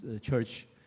church